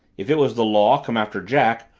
if it was the law, come after jack,